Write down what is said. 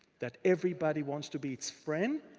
that everybody wants to be its friend.